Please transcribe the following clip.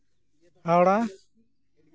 Howrah